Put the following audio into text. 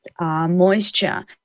moisture